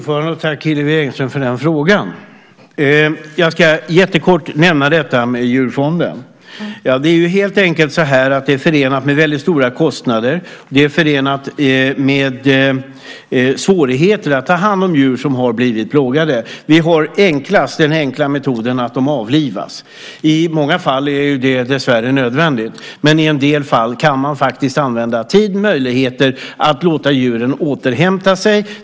Herr talman! Tack för den frågan, Hillevi Engström. Jag ska jättekort nämna detta med djurfonden. Det är helt enkelt så att det är förenat med väldigt stora kostnader och svårigheter att ta hand om djur som blivit plågade. Vi har den enkla metoden att de avlivas. I många fall är det dessvärre nödvändigt, men i en del fall kan man faktiskt använda tid och möjligheter till att låta djuren återhämta sig.